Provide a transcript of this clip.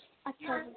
ਅੱਛਾ ਜੀ